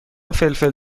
فلفل